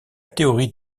théorie